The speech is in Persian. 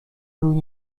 روی